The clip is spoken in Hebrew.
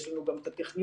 יש לנו גם את הטכניון,